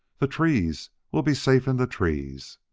the trees! we'll be safe in the trees!